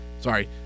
sorry